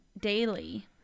daily